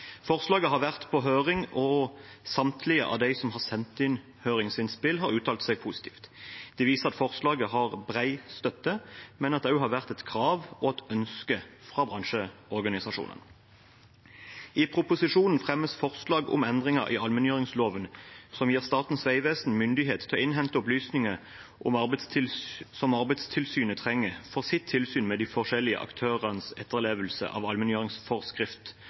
Forslaget har vært på høring, og samtlige av dem som har sendt inn høringsinnspill, har uttalt seg positivt. Det viser at forslaget har bred støtte, men at det også har vært et krav og et ønske fra bransjeorganisasjonene. I proposisjonen fremmes forslag om endringer i allmenngjøringsloven som gir Statens vegvesen myndighet til å innhente opplysninger som Arbeidstilsynet trenger for sitt tilsyn med de forskjellige aktørenes etterlevelse av allmenngjøringsforskrift